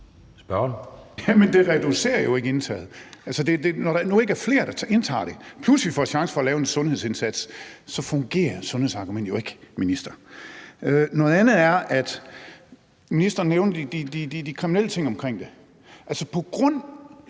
Gejl (ALT): Jamen det reducerer jo ikke indtaget. Altså, når der nu ikke er flere, der indtager det, plus det, at vi får chancen for at lave en sundhedsindsats, så fungerer sundhedsargumentet jo ikke, minister. Noget andet er, at ministeren nævnte de kriminelle ting omkring det. Altså, på grund